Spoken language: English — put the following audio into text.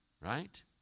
right